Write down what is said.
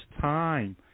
time